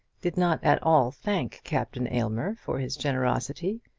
did not at all thank captain aylmer for his generosity.